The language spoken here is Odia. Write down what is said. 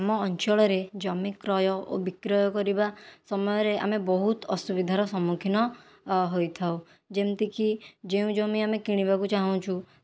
ଆମ ଅଞ୍ଚଳରେ ଜମି କ୍ରୟ ଓ ବିକ୍ରୟ କରିବା ସମୟରେ ଆମେ ବହୁତ ଅସୁବିଧାର ସମ୍ମୁଖୀନ ହୋଇଥାଉ ଯେମିତିକି ଯେଉଁ ଜମି ଆମେ କିଣିବାକୁ ଚାହୁଁଛୁ